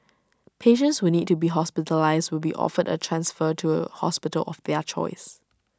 patients who need to be hospitalised will be offered A transfer to A hospital of their choice